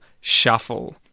Shuffle